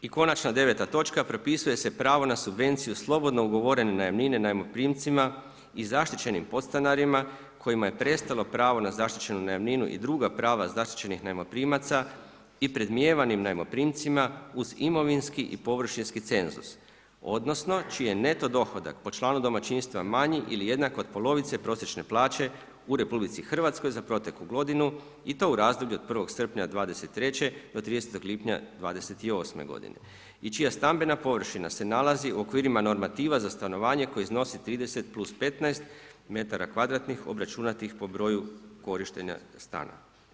I konačna 9. točka propisuje se pravo na subvenciju slobodno ugovorene najamnine najmoprimcima i zaštićenim podstanarima kojima je prestalo pravo na zaštićenu najamninu i druga prava zaštićenih najmoprimaca i predmijevanim najmoprimcima uz imovinski i površinski cenzus, odnosno čiji je neto dohodak po članu domaćinstva manji ili jednak od polovice prosječne plaće u Republici Hrvatskoj za proteklu godinu i to u razdoblju od 1. srpnja 2023. do 30. lipnja 2028. godine i čija stambena površina se nalazi u okvirima normativa za stanovanje koji iznosi 30 + 15 m2 obračunatih po broju korištenja stana.